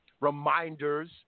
Reminders